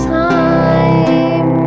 time